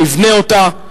נבנה אותה,